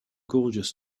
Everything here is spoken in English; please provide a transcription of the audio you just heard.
gorgeous